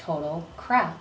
total crap